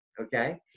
Okay